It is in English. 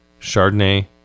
Chardonnay